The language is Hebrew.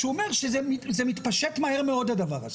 שאומר שזה מתפשט מהר מאוד הדבר הזה.